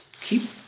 keep